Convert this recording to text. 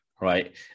right